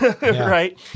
right